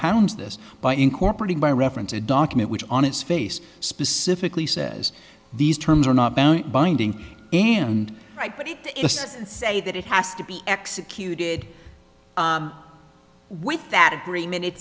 pounds this by incorporating by reference a document which on its face specifically says these terms are not binding and right but it say that it has to be executed with that agreement it